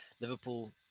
Liverpool